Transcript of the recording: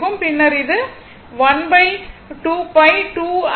பின்னர் இது ஆக இருக்கும்